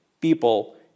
people